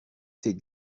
ces